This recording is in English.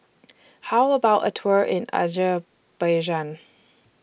How about A Tour in Azerbaijan